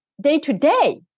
day-to-day